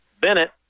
Bennett